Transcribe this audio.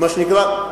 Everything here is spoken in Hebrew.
מה שנקרא,